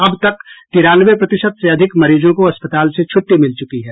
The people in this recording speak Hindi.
अब तक तिरानवे प्रतिशत से अधिक मरीजों को अस्पताल से छुट्टी मिल चूकी है